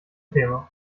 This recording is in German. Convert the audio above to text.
thema